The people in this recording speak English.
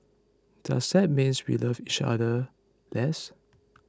does that means we love each other less